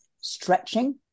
stretching